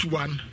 one